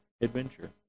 adventure